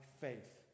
faith